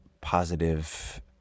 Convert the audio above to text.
positive